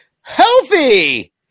healthy